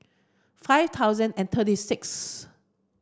five thousand and thirty sixth